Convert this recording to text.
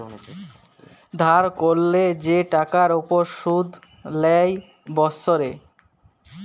ধার ক্যরলে যে টাকার উপর শুধ লেই বসরে